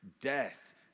death